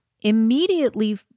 immediately